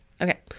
Okay